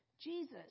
Jesus